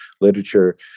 literature